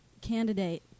candidate